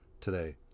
today